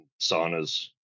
saunas